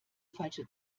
falsche